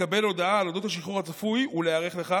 לקבל הודעה על השחרור הצפוי ולהיערך לכך,